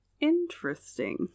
Interesting